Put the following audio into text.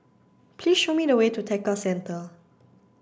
please show me the way to Tekka Centre